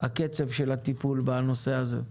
הקצב של הטיפול בנושא הזה.